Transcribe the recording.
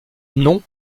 non